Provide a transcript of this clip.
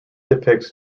depicts